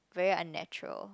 very unnatural